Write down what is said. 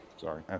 sorry